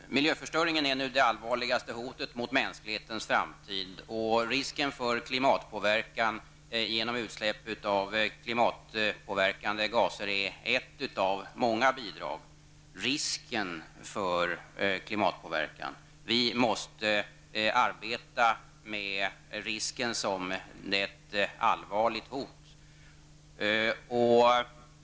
Herr talman! Miljöförstöringen är nu det allvarligaste hotet mot mänsklighetens framtid. Risken för klimatpåverkan genom utsläpp av klimatpåverkande gaser är ett av många bidrag. Vi måste arbeta med risken för klimatpåverkan som ett allvarligt hot.